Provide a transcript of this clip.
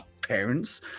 parents